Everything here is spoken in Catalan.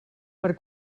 per